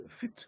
fit